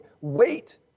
wait